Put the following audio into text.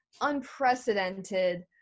unprecedented